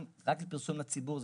רק לפרסום הציבור,